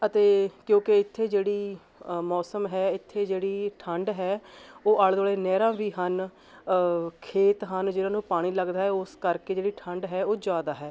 ਅਤੇ ਕਿਉਂਕਿ ਇੱਥੇ ਜਿਹੜੀ ਮੌਸਮ ਹੈ ਇੱਥੇ ਜਿਹੜੀ ਠੰਡ ਹੈ ਉਹ ਆਲੇ ਦੁਆਲੇ ਨਹਿਰਾਂ ਵੀ ਹਨ ਖੇਤ ਹਨ ਜਿਨ੍ਹਾਂ ਨੂੰ ਪਾਣੀ ਲੱਗਦਾ ਹੈ ਉਸ ਕਰਕੇ ਜਿਹੜੀ ਠੰਡ ਹੈ ਉਹ ਜ਼ਿਆਦਾ ਹੈ